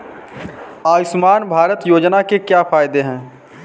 आयुष्मान भारत योजना के क्या फायदे हैं?